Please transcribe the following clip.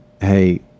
hey